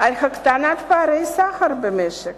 על הקטנת פערי שכר במשק.